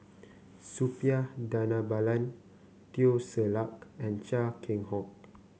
Suppiah Dhanabalan Teo Ser Luck and Chia Keng Hock